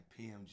PMG